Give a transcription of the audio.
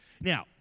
Now